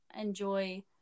enjoy